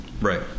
right